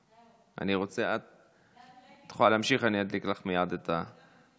את יכולה להמשיך, אני אדליק לך מייד את השעון.